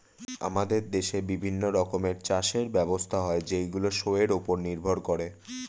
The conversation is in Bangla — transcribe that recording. আমাদের দেশে বিভিন্ন রকমের চাষের ব্যবস্থা হয় যেইগুলো শোয়ের উপর নির্ভর করে